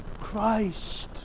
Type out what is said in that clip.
Christ